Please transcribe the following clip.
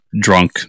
drunk